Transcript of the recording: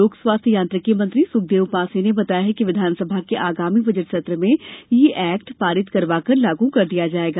लोक स्वास्थ्य यांत्रिकी मंत्री सुखदेव पांसे ने बताया कि विधानसभा के आगामी बजट सत्र में यह एक्ट पारित करवाकर लागू कर दिया जाएगा